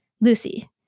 Lucy